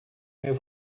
meu